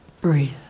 Breathe